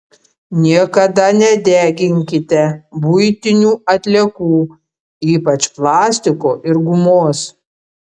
niekada nedeginkite buitinių atliekų ypač plastiko ir gumos